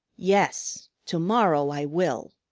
yes, to-morrow i will.